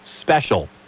special